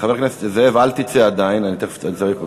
חבר הכנסת זאב, אל תצא עדיין, אני צריך אותך.